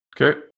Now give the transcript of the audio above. Okay